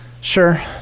sure